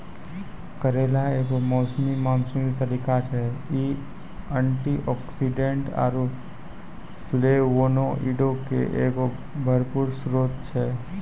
करेला एगो मौसमी मानसूनी तरकारी छै, इ एंटीआक्सीडेंट आरु फ्लेवोनोइडो के एगो भरपूर स्त्रोत छै